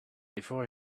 before